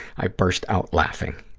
i burst out laughing.